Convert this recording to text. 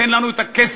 תן לנו את הכסף,